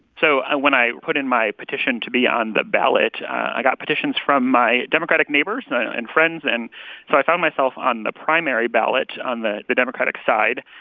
so when i put in my petition to be on the ballot, i got petitions from my democratic neighbors so and friends. and so i found myself on the primary ballot on the the democratic side.